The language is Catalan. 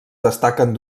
destaquen